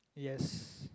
yes